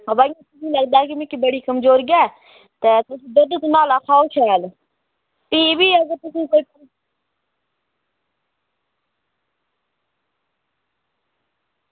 बाऽ मिगी इंया लगदा की तुसेंगी बड़ी कमजोरी ऐ ते तुस दुद्ध धनाला खाओ शैल भी बी अगर तुसेंगी कोई